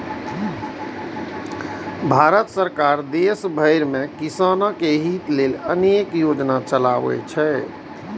भारत सरकार देश भरि मे किसानक हित लेल अनेक योजना चलबै छै